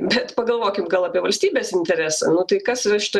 bet pagalvokit gal apie valstybės interesą nu tai kas yra šitoj